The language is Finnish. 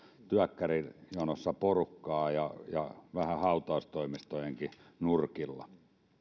työkkärin jonossa porukkaa ja ja vähän hautaustoimistojenkin nurkilla